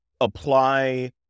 apply